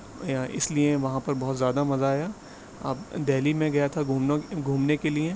یا اس لیے وہاں پر بہت زیادہ مزہ آیا دہلی میں گیا تھا گھومنے کے لیے